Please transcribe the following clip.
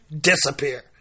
disappear